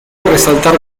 resaltar